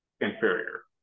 inferior